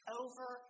over